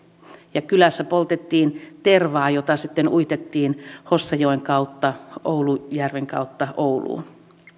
ja kylässä poltettiin tervaa jota sitten uitettiin hossanjoen kautta oulujärven kautta ouluun